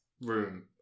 room